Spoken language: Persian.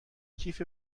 کیف